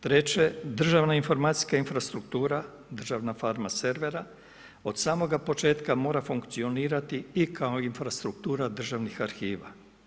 Treće, državna informacijska infrastruktura, državna farma servera, od samog početka mora funkcionirati i kao infrastruktura državnih arhiva.